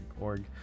org